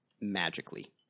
magically